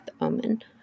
omen